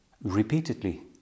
repeatedly